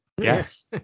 Yes